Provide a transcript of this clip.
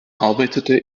arbeitete